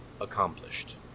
accomplished